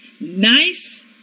Nice